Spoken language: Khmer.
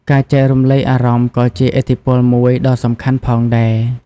ការចែករំលែកអារម្មណ៍ក៏ជាឥទ្ធិពលមួយដ៏សំខាន់ផងដែរ។